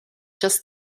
just